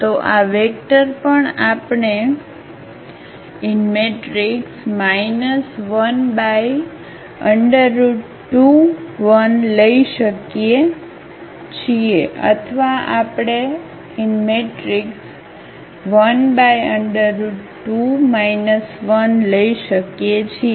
તો આ વેક્ટર પણ આપણે 12 1 લઈ શકીએ છીએ અથવા આપણે 12 1 લઈ શકીએ છીએ